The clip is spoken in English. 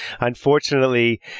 Unfortunately